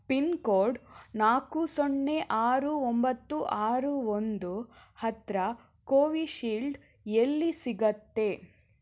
pin code ನಾಲ್ಕು ಸೊನ್ನೆ ಆರು ಒಂಬತ್ತು ಆರು ಒಂದು ಹತ್ತಿರ ಕೋವಿಶೀಲ್ಡ್ ಎಲ್ಲಿ ಸಿಗುತ್ತೆ